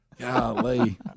Golly